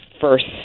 first